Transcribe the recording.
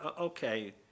okay